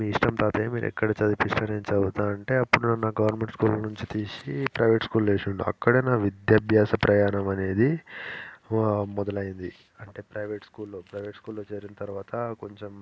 మీ ఇష్టం తాతయ్య మీరు ఎక్కడ చదివిపిస్తే నేను చదువుతాను అంటే అప్పడు నన్ను ఆ గవర్నమెంట్ స్కూల్ నుంచి తీసి ప్రైవేట్ స్కూల్లో వేసాడు అక్కడే నా విద్యాభాస ప్రయాణం అనేది మొదలైంది అంటే ప్రైవేట్ స్కూల్లో ప్రైవేట్ స్కూల్లో చేరిన్ తరువాత కొంచెం